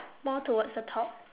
more towards the top